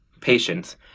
patience